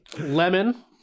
Lemon